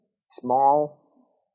small